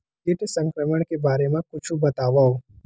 कीट संक्रमण के बारे म कुछु बतावव?